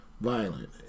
violent